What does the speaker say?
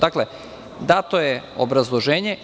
Dakle, dato je obrazloženje.